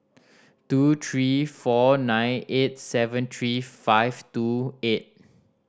two three four nine eight seven three five two eight